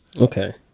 okay